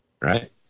right